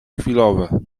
chwilowe